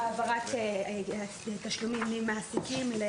העברת תשלומים ממעסיקים.